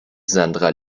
sandra